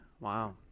Wow